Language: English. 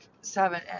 seven